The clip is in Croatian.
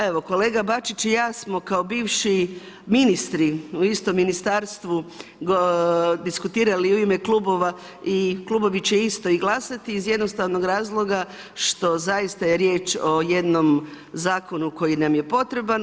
Evo, kolega Bačić i ja smo kao bivši ministri u istom ministarstvu diskutirali u ime klubova i klubovi će isto i glasati iz jednostavnog razloga što zaista je riječ o jednom zakonu koji nam je potreban.